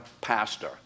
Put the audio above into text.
pastor